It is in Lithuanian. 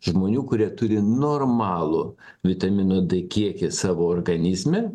žmonių kurie turi normalų vitamino d kiekį savo organizme